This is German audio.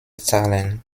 zahlen